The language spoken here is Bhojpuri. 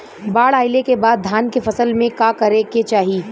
बाढ़ आइले के बाद धान के फसल में का करे के चाही?